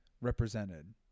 represented